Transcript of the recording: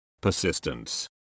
persistence